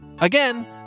Again